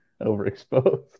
Overexposed